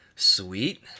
Sweet